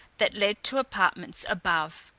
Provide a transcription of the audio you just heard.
that led to apartments above,